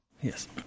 Yes